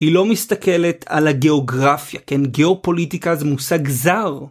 היא לא מסתכלת על הגיאוגרפיה, כן? גיאופוליטיקה זה מושג זר.